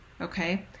Okay